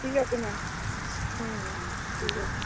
ঠিক আছে ম্যাম হুম হুম হুম ঠিক আছে